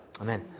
Amen